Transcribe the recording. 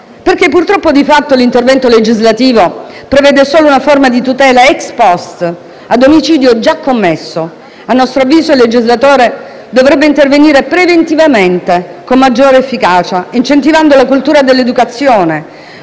Perché, purtroppo, di fatto, l'intervento legislativo prevede solo una forma di tutela *ex post*, ad omicidio già commesso. A nostro avviso il legislatore dovrebbe intervenire preventivamente, con maggiore, efficacia, incentivando la cultura dell'educazione,